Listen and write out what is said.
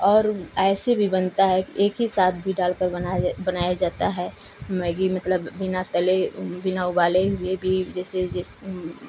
और ऐसे भी बनता है एक ही साथ डाल कर बनाया बनाया जाता है मैगी मतलब बिना तले बिना उबाले हुए भी जैसे जैसे